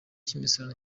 cy’imisoro